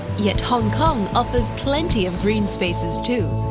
yet hong kong offers plenty of green spaces too.